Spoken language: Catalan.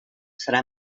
serà